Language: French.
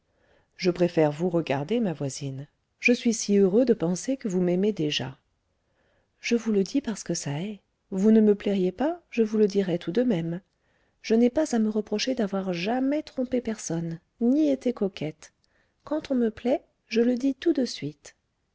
je préfère vous regarder ma voisine je suis si heureux de penser que vous m'aimez déjà je vous le dis parce que ça est vous ne me plairiez pas je vous le dirais tout de même je n'ai pas à me reprocher d'avoir jamais trompé personne ni été coquette quand on me plaît je le dis tout de suite